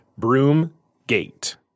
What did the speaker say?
Broomgate